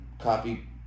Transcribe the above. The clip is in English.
Copy